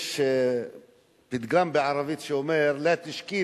יש פתגם בערבית שאומר: לַא תַשְכִּי